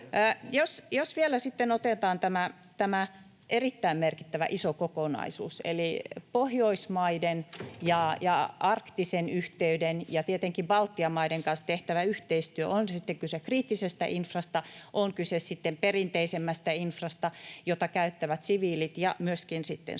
Jos vielä sitten otetaan tämä erittäin merkittävä iso kokonaisuus eli Pohjoismaiden ja arktisen yhteys ja tietenkin Baltian maiden kanssa tehtävä yhteistyö, on sitten kyse kriittisestä infrasta, on kyse sitten perinteisemmästä infrasta, jota käyttävät siviilit ja johon on myöskin